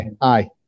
aye